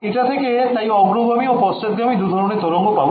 এটা থেকে তাই অগ্রগামী ও পশ্চাৎগামী দু ধরনের তরঙ্গ পাবো